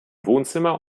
wohnzimmer